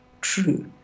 true